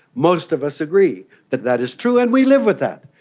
most of us agree that that is true and we live with that.